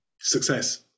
Success